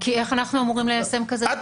כי איך אנחנו אמורים ליישם כזה דבר?